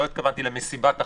לא התכוונתי למסיבת החתונה.